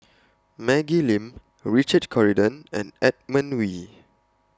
Maggie Lim Richard Corridon and Edmund Wee